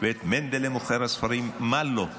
ואת מנדלי מוכר ספרים, מה לא,